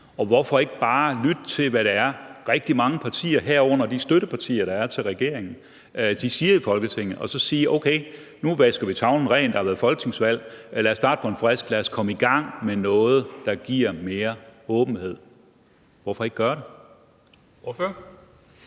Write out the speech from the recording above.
Hvorfor ikke bare lytte til, hvad det er, rigtig mange partier, herunder regeringens støttepartier, siger i Folketinget, og så sige: Okay, nu vasker vi tavlen ren, der har været folketingsvalg, lad os starte på en frisk, lad os komme i gang med noget, der giver mere åbenhed? Hvorfor ikke gøre det?